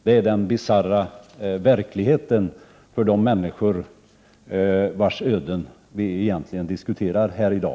Det är den bisarra verkligheten för de människor vilkas öden vi egentligen diskuterar här i dag.